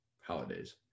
holidays